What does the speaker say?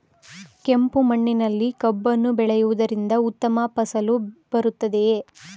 ಕೆಂಪು ಮಣ್ಣಿನಲ್ಲಿ ಕಬ್ಬನ್ನು ಬೆಳೆಯವುದರಿಂದ ಉತ್ತಮ ಫಸಲು ಬರುತ್ತದೆಯೇ?